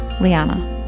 Liana